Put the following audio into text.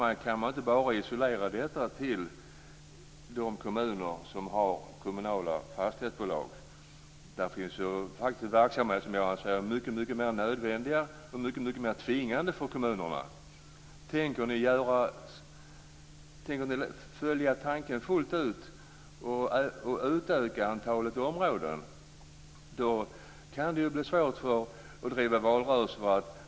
Man kan inte bara isolera detta till de kommuner som har kommunala fastighetsbolag. Det finns verksamheter som jag anser vara mycket mer nödvändiga och mycket mer tvingande för kommunerna. Tänker ni följa tanken fullt ut och utöka antalet områden? Då kan det bli svårt att driva en valrörelse.